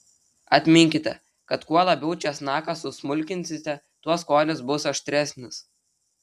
atminkite kad kuo labiau česnaką susmulkinsite tuo skonis bus aštresnis